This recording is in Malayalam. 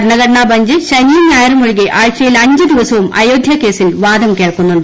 ഭരണഘടനാ ബഞ്ച് ശനിയും ഞായറും ഒഴികെ ആഴ്ചയിൽ അഞ്ച് ദിവസവും ആയോധ്യ കേസിൽ വാദം കേൾക്കുന്നുണ്ട്